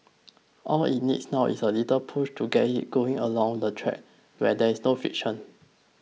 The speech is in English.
all it needs now is a little push to get it going along the track where there is no friction